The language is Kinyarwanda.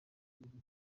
kibuga